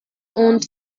und